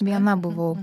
viena buvau